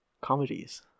comedies